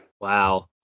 wow